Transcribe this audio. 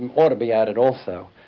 and ought to be added also,